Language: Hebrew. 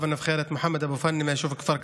הנבחרת מוחמד אבו פאני מהיישוב כפר קרע.